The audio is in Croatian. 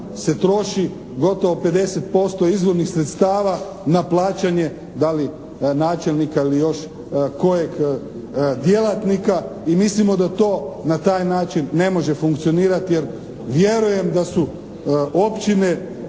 se troši gotovo 50% izvornih sredstava na plaćanje da li načelnika ili još kojeg djelatnika i mislimo da to na taj način ne može funkcionirati jer vjerujem da su općine